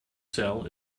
cell